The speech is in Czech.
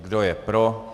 Kdo je pro?